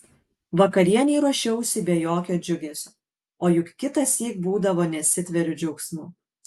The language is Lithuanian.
vakarienei ruošiausi be jokio džiugesio o juk kitąsyk būdavo nesitveriu džiaugsmu